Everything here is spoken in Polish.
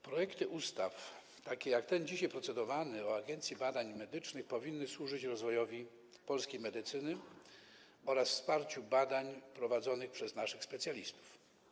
Projekty ustaw, jak ten dzisiaj procedowany o Agencji Badań Medycznych, powinny służyć rozwojowi polskiej medycyny oraz wsparciu badań prowadzonych przez naszych specjalistów.